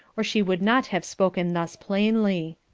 or she would not have spoken thus plainly.